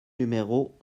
numéro